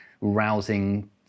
rousing